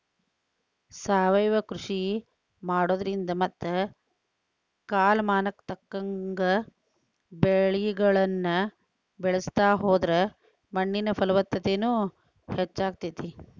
ಸಾವಯವ ಕೃಷಿ ಮಾಡೋದ್ರಿಂದ ಮತ್ತ ಕಾಲಮಾನಕ್ಕ ತಕ್ಕಂಗ ಬೆಳಿಗಳನ್ನ ಬೆಳಿತಾ ಹೋದ್ರ ಮಣ್ಣಿನ ಫಲವತ್ತತೆನು ಹೆಚ್ಚಾಗ್ತೇತಿ